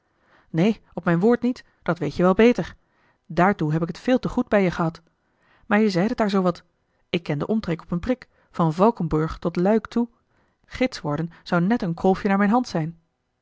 neen op mijn woord niet dat weet je wel beter daartoe heb ik het veel te goed bij je gehad maar je zeidet daar zoo wat ik ken den omtrek op een prik van valkenburg tot luik toe gids worden zou net een kolfje naar mijne hand zijn